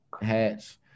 hats